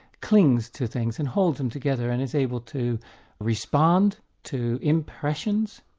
clings to things and holds them together, and is able to respond to impressions,